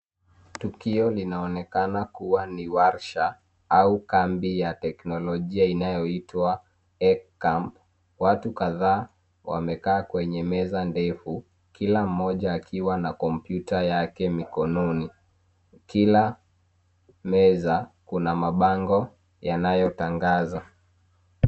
Tukio linaonekana kuwa ni warsha au kambi ya teknolojia inayoitwa Echcamp. Watu kadhaa wamekaa kwenye meza ndefu kila mmoja akiwa na kompyuta yake mkononi. Kila meza kuna mabango yanayotangaza.